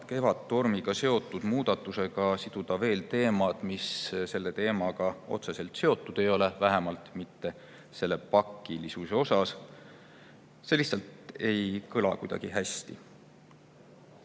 Kevadtormiga seotud muudatusega siduda veel teemasid, mis sellega otseselt seotud ei ole, vähemalt mitte pakilisuse poolest. See lihtsalt ei kõla kuigi hästi.